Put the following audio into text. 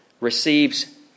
receives